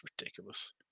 ridiculous